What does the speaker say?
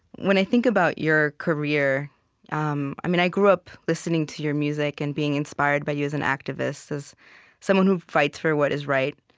when i think about your career um um i grew up listening to your music and being inspired by you as an activist, as someone who fights for what is right